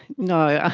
no, ah